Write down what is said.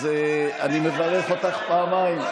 אז אני מברך אותך פעמיים.